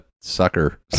sucker